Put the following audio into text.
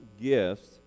gifts